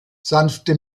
sanfte